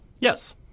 Yes